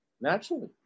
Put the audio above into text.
naturally